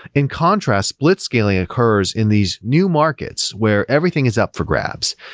in contrast, blitzscaling occurs in these new markets, where everything is up for grabs,